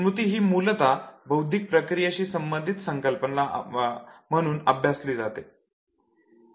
स्मृती ही मुलता बौद्धिक प्रक्रियेशी संबंधित संकल्पना म्हणून अभ्यासली जाते